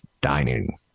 dining